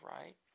right